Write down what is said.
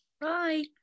Bye